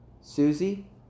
Susie